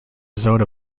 zone